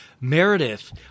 Meredith—